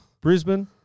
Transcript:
Brisbane